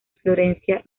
florencia